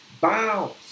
bounce